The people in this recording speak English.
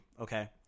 Okay